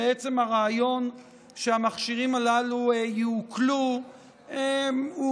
ועצם הרעיון שהמכשירים הללו יעוקלו הוא